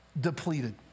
depleted